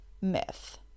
myth